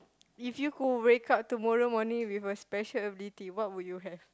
if you could wake up tomorrow morning with a special ability what would you have